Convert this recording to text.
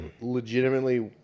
legitimately